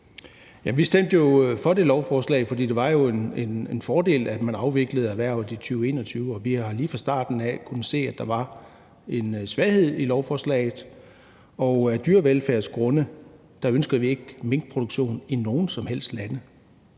vi stemte jo for det lovforslag, fordi det var en fordel, at man afviklede erhvervet i 2021, og vi har lige fra starten af kunnet se, at der var en svaghed i lovforslaget, og af dyrevelfærdsgrunde ønsker vi ikke minkproduktion i nogen som helst lande.